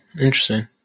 Interesting